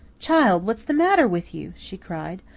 child, what's the matter with you? she cried.